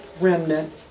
Remnant